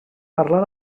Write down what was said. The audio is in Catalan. parlar